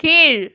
கீழ்